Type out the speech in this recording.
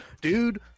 Dude